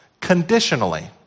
conditionally